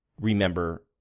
remember